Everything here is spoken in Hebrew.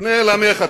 פנה אל עמך,